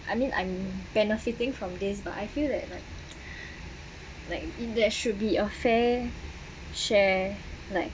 I mean I'm benefitting from this but I feel that like like it there should be a fair share like